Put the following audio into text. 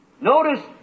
Notice